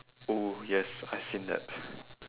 oh yes I've seen that